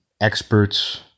experts